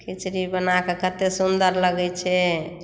खिचड़ी बनाकऽ कते सुन्दर लगै छै